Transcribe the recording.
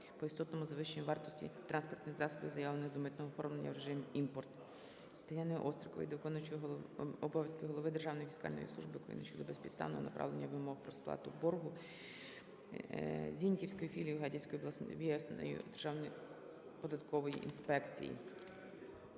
по істотному завищенню вартості транспортних засобів, заявлених до митного оформлення в режим "імпорт". Тетяни Острікової до виконуючого обов'язки голови Державної фіскальної служби України щодо безпідставного направлення вимог про сплату боргу Зіньківською філією Гадяцької об'єднаної державної податкової інспекції.